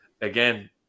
again